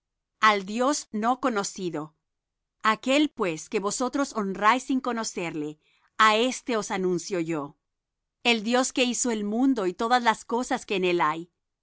al dios no conocido aquél pues que vosotros honráis sin conocerle á éste os anuncio yo el dios que hizo el mundo y todas las cosas que en él hay